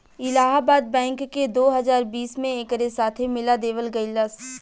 Allahabad bank के दो हजार बीस में एकरे साथे मिला देवल गईलस